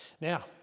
Now